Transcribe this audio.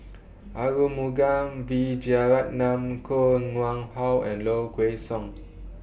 Arumugam Vijiaratnam Koh Nguang How and Low Kway Song